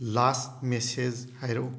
ꯂꯥꯁ message ꯍꯥꯏꯔꯛꯎ